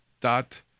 dot